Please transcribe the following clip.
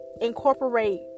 incorporate